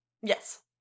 Yes